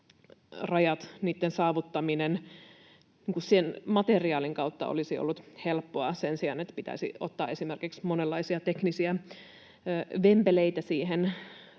saavuttaminen sen materiaalin kautta olisi ollut helppoa, sen sijaan, että pitäisi ottaa esimerkiksi monenlaisia teknisiä vempeleitä siihen